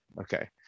okay